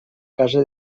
casa